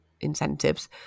incentives